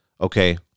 Okay